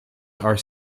are